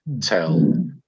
tell